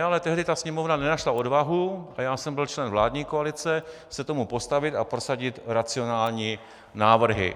Ale tehdy Sněmovna nenašla odvahu, a já jsem byl členem vládní koalice, se tomu postavit a prosadit racionální návrhy.